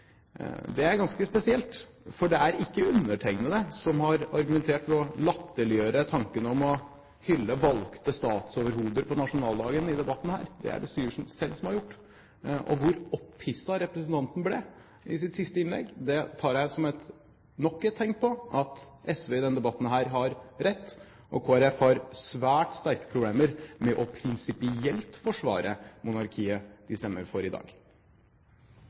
Det er ganske spesielt, for det er ikke undertegnede som har argumentert ved å latterliggjøre tanken om å hylle valgte statsoverhoder på nasjonaldagen i denne debatten. Det er det Syversen selv som har gjort. Og så opphisset som representanten ble i sitt siste innlegg – det tar jeg som nok et tegn på at SV i denne debatten har rett, og at Kristelig Folkeparti har svært sterke problemer med prinsipielt å forsvare monarkiet de stemmer for i dag.